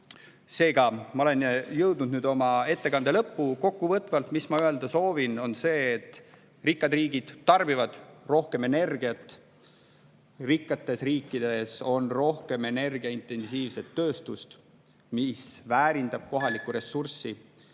Seega, ma olen jõudnud nüüd oma ettekande lõppu. Kokkuvõtvalt soovin öelda seda, et rikkad riigid tarbivad rohkem energiat. Rikastes riikides on rohkem energiaintensiivset tööstust, mis väärindab kohalikku ressurssi.